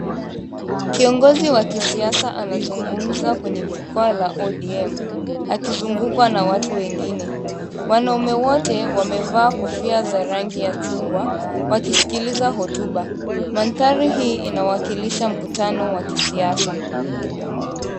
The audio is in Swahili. Kiongozi wa kisiasa anazungumza kwenye jukwaa la ODM, akizungukwa na watu wengine ,wanaume wote wamevaa kofia za rangi ya chungwa wakisikiliza hotuba ,mandhari hii inawakilisha mkutano wa kisiasa.